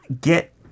get